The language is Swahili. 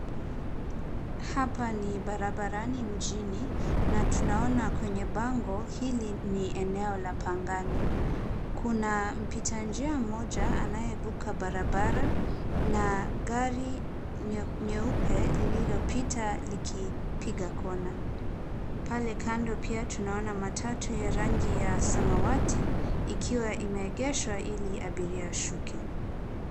Hapa ni barabarani mjini na tunaona kwenye bango, hili ni eneo la pangani. Kuna mpitanjia mmoja anayevuka barabara na gari nyeupe lililopita likipiga kona. Pale kando pia tunaona matatu ya rangi ya samawati ikiwa imeegeshwa ili abiria ashuke.